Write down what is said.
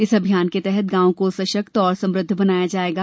इस अभियान के तहत गांव को सशक्त और समृद्ध बनाया जाएगा